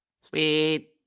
Sweet